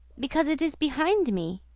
because it is behind me.